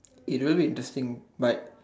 it will be interesting but